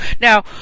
Now